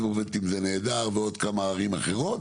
עובדת עם זה נהדר ועוד כמה ערים אחרות,